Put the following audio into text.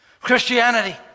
Christianity